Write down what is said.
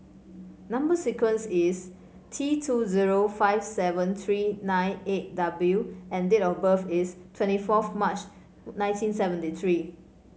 number sequence is T two zero five seven three nine eight W and date of birth is twenty fourth March nineteen seventy three